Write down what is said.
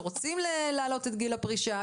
שרוצים להעלות את גיל הפרישה.